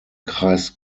kreis